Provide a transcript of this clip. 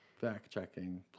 fact-checking